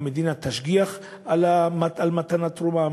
תשגיח על מתן התרומה.